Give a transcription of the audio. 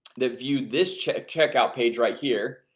that viewed this check check out page right here.